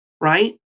right